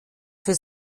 für